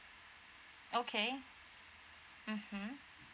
okay mmhmm